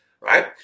right